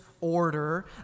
order